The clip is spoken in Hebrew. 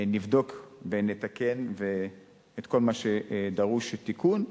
נבדוק ונתקן את כל מה שדרוש תיקון.